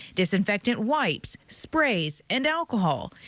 disinfectant wipes, sprays, and alcohol.